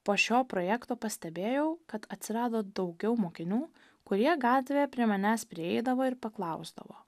po šio projekto pastebėjau kad atsirado daugiau mokinių kurie gatvėje prie manęs prieidavo ir paklausdavo